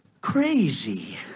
crazy